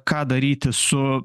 ką daryti su